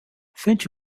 finch